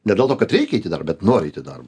ne dėl to kad reikia eit į darbą bet nori eit į darbą